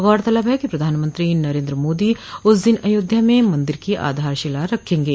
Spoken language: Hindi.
गौरतलब है कि प्रधानमंत्री नरेन्द्र मोदी उस दिन अयोध्या में मंदिर की आधारशिला रखेंगे